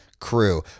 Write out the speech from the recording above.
crew